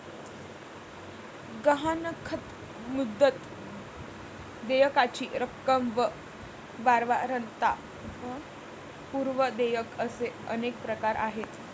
गहाणखत, मुदत, देयकाची रक्कम व वारंवारता व पूर्व देयक असे अनेक प्रकार आहेत